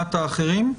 לעומת אחרים?